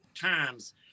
times